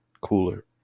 cooler